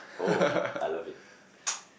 oh I love it